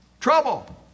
trouble